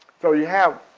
so you have